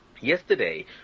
yesterday